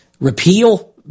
repeal